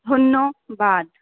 ধন্যবাদ